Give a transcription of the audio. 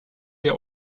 der